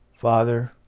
father